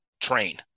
train